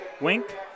Wink